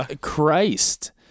Christ